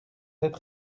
sept